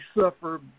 suffer